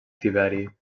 tiberi